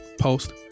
post